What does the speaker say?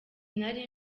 nari